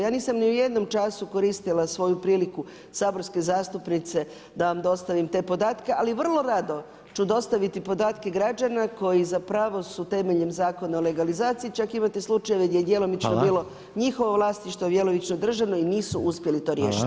Ja nisam ni u jednom času koristila svoju priliku saborske zastupnice da vam dostavim te podatke, ali vrlo rado ću dostaviti podatke građana koji su temeljem Zakona o legalizaciji, čak imate slučajeve gdje je djelomično bilo njihovo vlasništvo, a djelomično državno i nisu uspjeli to riješiti.